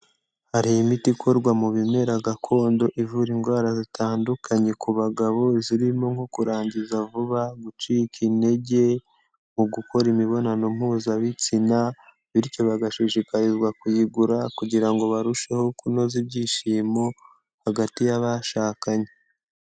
Hari imiti ikorwa mu bimera gakondo ivura indwara zitandukanye ku bagabo zirimo nko kurangiza vuba, gucika intege mu gukora imibonano mpuzabitsina, bityo bagashishikarizwa kuyigura kugira ngo barusheho kunoza ibyishimo hagati y'abashakanye.